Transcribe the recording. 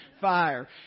fire